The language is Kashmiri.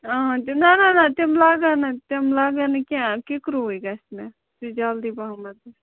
آ نہَ نہَ تِم لَگن نہٕ تِم لَگن نہٕ کیٚنٛہہ کِکرُوٕے گَژھِ مےٚ جلدٕے پَہمَتھ